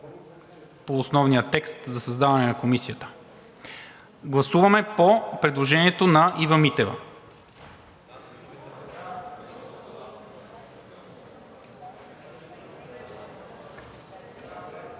по основния текст за създаване на Комисията. Гласуваме по предложението на Ива Митева.